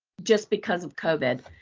just because of covid.